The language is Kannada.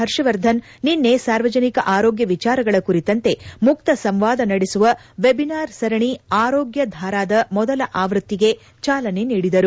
ಹರ್ಷವರ್ಧನ್ ನಿನ್ನೆ ಸಾರ್ವಜನಿಕ ಆರೋಗ್ಯ ವಿಚಾರಗಳ ಕುರಿತಂತೆ ಮುಕ್ತ ಸಂವಾದ ನಡೆಸುವ ವೆಬಿನಾರ್ ಸರಣಿ ಆರೋಗ್ನ ಧಾರಾದ ಮೊದಲ ಆವ್ವತಿಗೆ ಚಾಲನೆ ನೀಡಿದರು